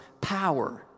power